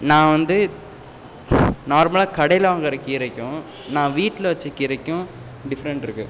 நான் வந்து நார்மலாக கடையில் வாங்கற கீரைக்கும் நான் வீட்டில வச்ச கீரைக்கும் டிஃப்ரெண்ட் இருக்கு